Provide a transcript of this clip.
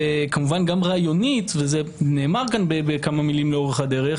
כמובן גם רעיונית וזה נאמר כאן בכמה מילים לאורך הדרך